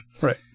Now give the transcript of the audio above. right